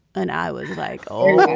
and i was like, oh,